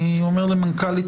אני אומר למנכ"לית